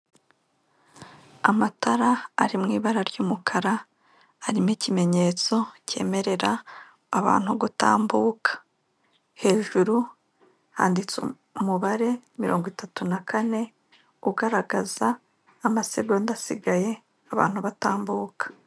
Amatara ari mu ibara ry'umukara, harimo ikimenyetso cyemerera abantu gutambuka. Hejuru handitse umubare mirongo itatu na kane, ugaragaza amasegonda asigaye, abantu batambuka.